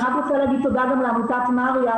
אני רוצה להגיד תודה לעמותת מרים,